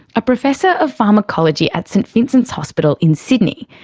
a professor of pharmacology at saint vincent's hospital in sydney.